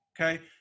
okay